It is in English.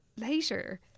later